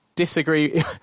disagree